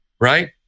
right